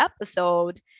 episode